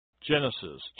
Genesis